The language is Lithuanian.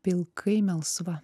pilkai melsva